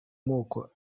moko